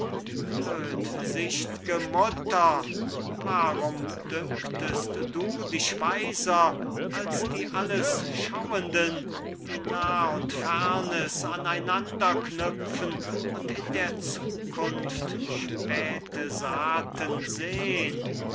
blödsicht'ge mutter warum dünktest du dich weiser als die alles schauenden die nah und fernes an einander knüpfen und in der zukunft späte saaten sehn